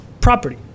property